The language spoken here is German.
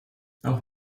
auch